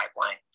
pipeline